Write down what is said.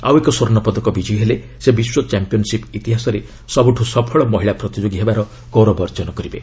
ଆଉ ଏକ ସ୍ୱର୍ଷ ପଦକ ବିଜୟୀ ହେଲେ ସେ ବିଶ୍ୱ ଚାମ୍ପିୟନ୍ସିପ୍ ଇତିହାସରେ ସବ୍ରଠ ସଫଳ ମହିଳା ପ୍ରତିଯୋଗୀ ହେବାର ଗୌରବ ଅର୍ଜନ କରିବେ